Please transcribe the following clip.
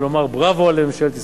ולומר בראבו לממשלת ישראל.